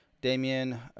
Damien